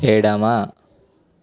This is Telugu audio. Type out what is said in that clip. ఎడమ